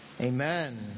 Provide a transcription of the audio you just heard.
Amen